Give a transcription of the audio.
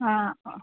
आं आं